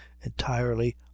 entirely